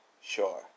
Sure